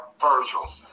Virgil